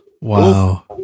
Wow